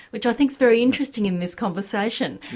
which i think is very interesting in this conversation.